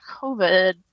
COVID